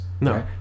no